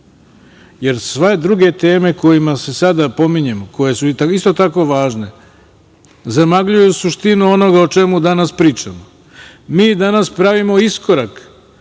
jer sve druge teme koje sada pominjemo, koje su isto tako važne, zamagljuju suštinu onoga o čemu danas pričamo. Mi danas pravimo iskorak